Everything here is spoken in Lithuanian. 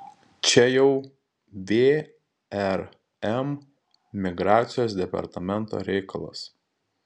čia jau vrm migracijos departamento reikalas